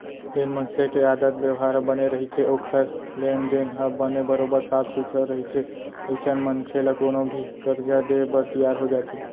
जेन मनसे के आदत बेवहार ह बने रहिथे ओखर लेन देन ह बने बरोबर साफ सुथरा रहिथे अइसन मनखे ल कोनो भी करजा देय बर तियार हो जाथे